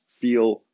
feel